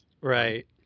Right